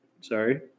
Sorry